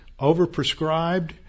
overprescribed